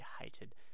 hated